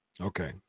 Okay